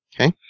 Okay